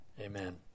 Amen